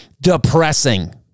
depressing